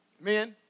Men